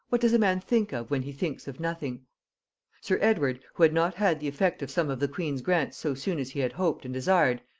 what does a man think of when he thinks of nothing sir edward, who had not had the effect of some of the queen's grants so soon as he had hoped and desired,